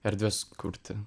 erdves kurti